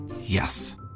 Yes